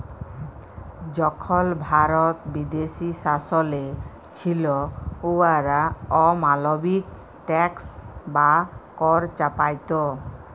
যখল ভারত বিদেশী শাসলে ছিল, উয়ারা অমালবিক ট্যাক্স বা কর চাপাইত